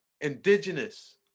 indigenous